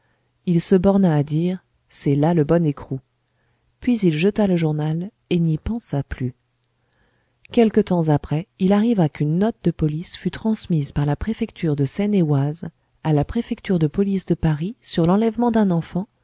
il se borna à dire c'est là le bon écrou puis il jeta le journal et n'y pensa plus quelque temps après il arriva qu'une note de police fut transmise par la préfecture de seine-et-oise à la préfecture de police de paris sur l'enlèvement d'un enfant